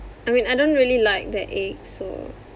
I mean I don't really like the egg so